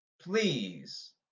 please